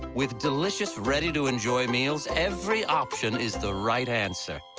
with delicious, ready to enjoy meals. every option is the right answer.